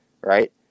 right